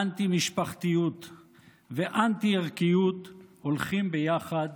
אנטי-משפחתיות ואנטי-ערכיות הולכים יחד